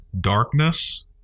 darkness